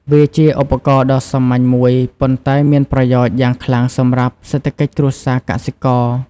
វាជាឧបករណ៍ដ៏សាមញ្ញមួយ ប៉ុន្តែមានប្រយោជន៍យ៉ាងខ្លាំងសម្រាប់សេដ្ឋកិច្ចគ្រួសារកសិករ។